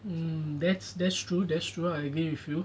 um that's that's true that's true I agree with you